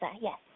yes